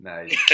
Nice